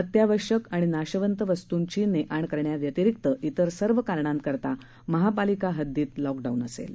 अत्यावश्यक आणि नाशवंत वस्तृंची ने आण करण्याव्यतिरिक्त इतर सर्व कारणांकरता महापालिका हद्दित लॉकडाऊन असेल